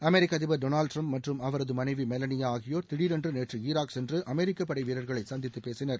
அமெரிக்க அதிபா் Donald Trump மற்றும் அவரது மனைவி மெலனியா ஆகியோா் திடீரென்று நேற்று ஈராக் சென்று அமெரிக்க படை வீரர்களை சந்தித்து பேசினர்